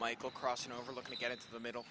michael crossing over looking to get into the middle